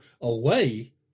away